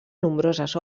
nombroses